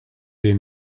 dai